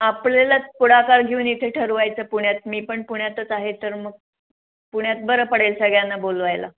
आपल्यालाच पुढाकार घेऊन इथे ठरवायचं पुण्यात मी पण पुण्यातच आहे तर मग पुण्यात बरं पडेल सगळ्यांना बोलवायला